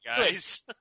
guys